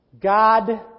God